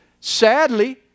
Sadly